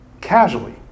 casually